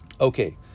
Okay